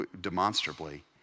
demonstrably